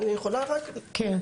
אני יכולה להביא